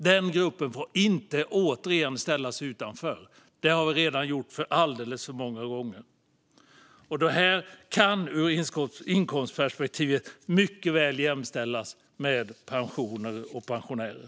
Denna grupp får inte återigen ställas utanför. Det har vi redan gjort alldeles för många gånger. Detta kan ur inkomstperspektivet mycket väl jämställas med pensioner och pensionärer.